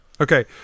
okay